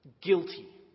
Guilty